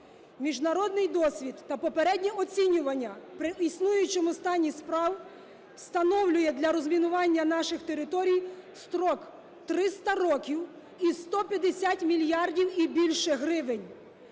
Міжнародний досвід та попереднє оцінювання при існуючому стані справ встановлює для розмінування наших територій строк 300 років і 150 мільярдів і більше гривень